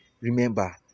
remember